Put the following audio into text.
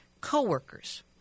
Co-workers